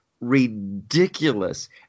ridiculous